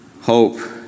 hope